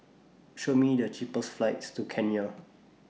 Show Me The cheapest flights to Kenya